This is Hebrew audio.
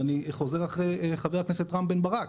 ואני חוזר אחרי חה"כ רם בן ברק